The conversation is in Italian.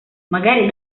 magari